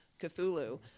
Cthulhu